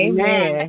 Amen